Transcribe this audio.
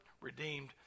redeemed